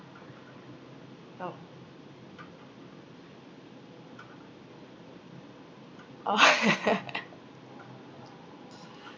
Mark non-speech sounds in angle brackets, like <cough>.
orh orh <laughs>